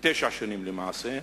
תשע שנים למעשה,